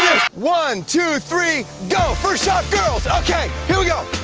one, two, three, go, first shot girls, okay, here we go!